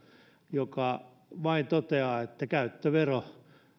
niin se vain toteaa että käyttövero